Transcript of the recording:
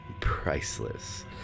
priceless